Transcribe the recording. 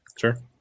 Sure